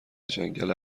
جنگل